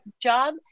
job